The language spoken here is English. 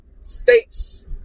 states